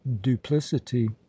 duplicity